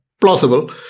plausible